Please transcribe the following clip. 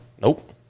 Nope